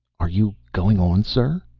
are you going on, sir?